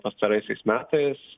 pastaraisiais metais